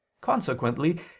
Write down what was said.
Consequently